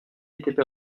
étaient